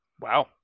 wow